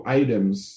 items